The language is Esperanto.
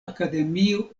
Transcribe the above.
akademio